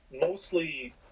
mostly